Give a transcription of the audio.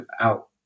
out